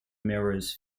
mirrors